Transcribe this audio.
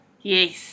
Yes